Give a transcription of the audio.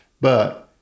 But-